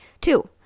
Two